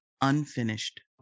unfinished